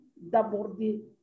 d'aborder